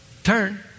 Turn